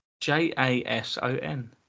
J-A-S-O-N